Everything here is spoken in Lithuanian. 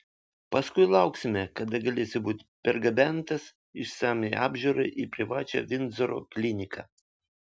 paskui lauksime kada galėsi būti pergabentas išsamiai apžiūrai į privačią vindzoro kliniką